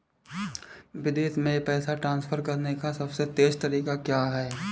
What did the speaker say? विदेश में पैसा ट्रांसफर करने का सबसे तेज़ तरीका क्या है?